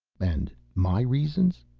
and my reasons?